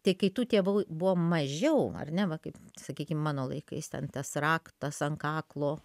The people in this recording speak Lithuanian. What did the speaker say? tai kai tų tėvų buvo mažiau ar ne va kaip sakykim mano laikais ten tas raktas ant kaklo